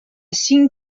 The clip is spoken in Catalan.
cinc